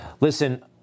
listen